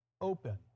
open